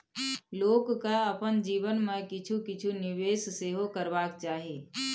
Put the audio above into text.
लोककेँ अपन जीवन मे किछु किछु निवेश सेहो करबाक चाही